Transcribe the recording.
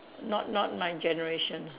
not not my generation